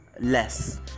less